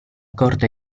corte